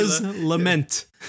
Lament